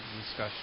discussion